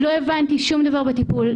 לא הבנתי שום דבר בטיפול,